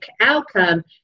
outcome